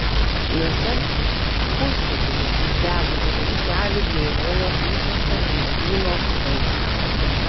jose pustuzinis išdegusių aikštelių bjaurojo įprastą vynuogyno vaizdą